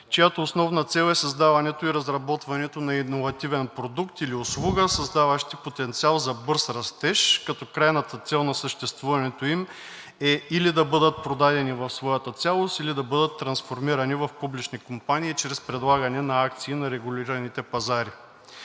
чиято основна цел е създаването и разработването на иновативен продукт или услуга, създаващи потенциал за бърз растеж, като крайната цел на съществуването им е или да бъдат продадени в своята цялост, или да бъдат трансформирани в публични компании чрез предлагане на акции на регулираните пазари.